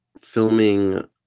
filming